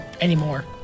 Anymore